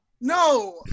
No